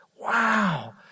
Wow